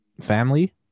Family